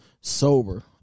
sober